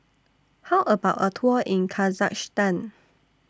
How about A Tour in Kazakhstan